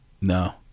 no